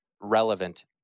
relevant